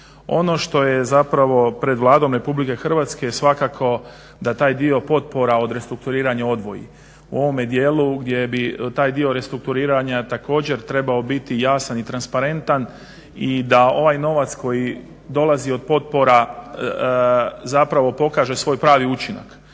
Ono što je zapravo pred Vladom Republike Hrvatske je svakako da taj dio potpora od restrukturiranja odvoji u ovome dijelu gdje bi taj dio restrukturiranja također trebao biti jasan i transparentan i da ovaj novac koji dolazi od potpora zapravo pokaže svoj pravi učinak.